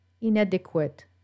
Inadequate